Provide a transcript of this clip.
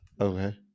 Okay